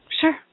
sure